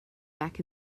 back